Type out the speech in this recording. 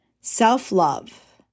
Self-love